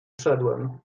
wszedłem